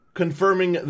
confirming